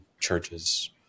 churches